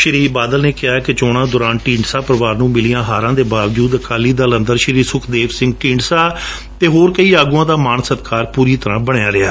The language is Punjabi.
ਸ਼ੀ ਬਾਦਲ ਨੇ ਕਿਹਾ ਕਿ ਚੋਣਾਂ ਦੋਰਾਨ ਢੀਡਸਾ ਪਰਿਵਾਰ ਨੂੰ ਮਿਲਆਂ ਹਾਰਾਂ ਬਾਵਜੂਦ ਅਕਾਲੀ ਦਲ ਅੰਦਰ ਸ਼੍ਰੀ ਸੁਖਦੇਵ ਸਿੰਘ ਢੀਡਸਾ ਅਤੇ ਹੋਰ ਕਈ ਆਗੂਆਂ ਦਾ ਮਾਣ ਸਤਕਾਰ ਬਣਿਆ ਰਿਹਾ